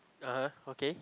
(uh huh) okay